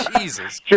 Jesus